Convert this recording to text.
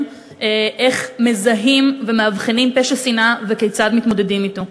איך מזהים ומאבחנים פשע שנאה וכיצד מתמודדים אתו?